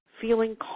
feeling